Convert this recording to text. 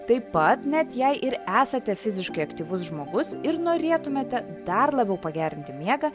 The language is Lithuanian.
taip pat net jei ir esate fiziškai aktyvus žmogus ir norėtumėte dar labiau pagerinti miegą